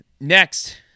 Next